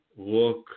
Look